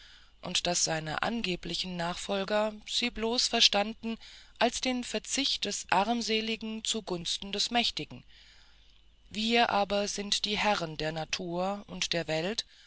und daß seine angeblichen nachfolger sie bloß verstanden als den verzicht des armseligen zugunsten des mächtigen wir aber sind die herren der natur und der welt